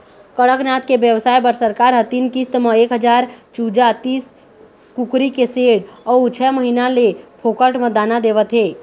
कड़कनाथ के बेवसाय बर सरकार ह तीन किस्त म एक हजार चूजा, तीस कुकरी के सेड अउ छय महीना ले फोकट म दाना देवत हे